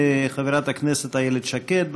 חברת הכנסת איילת שקד.